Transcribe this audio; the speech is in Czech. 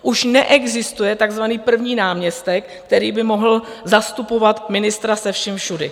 Už neexistuje takzvaný první náměstek, který by mohl zastupovat ministra se vším všudy.